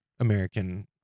american